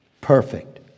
Perfect